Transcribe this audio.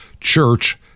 Church